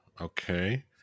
Okay